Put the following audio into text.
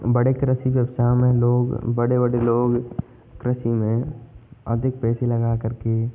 बड़े कृषि व्यवसाय में लोग बड़े बड़े लोग कृषि में अधिक पैसे लगा करके